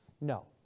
No